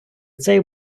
цей